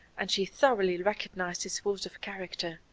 and she thoroughly recognised his force of character.